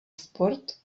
sport